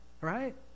right